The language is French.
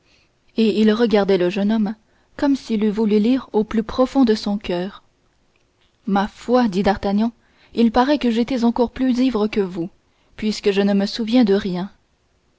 et il regardait le jeune homme comme s'il eût voulu lire au plus profond de son coeur ma foi dit d'artagnan il paraît que j'étais encore plus ivre que vous puisque je ne me souviens de rien